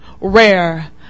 rare